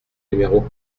numéro